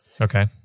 Okay